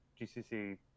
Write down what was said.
GCC